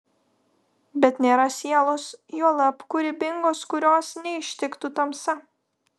bet nėra sielos juolab kūrybingos kurios neištiktų tamsa